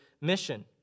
mission